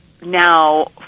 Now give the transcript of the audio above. now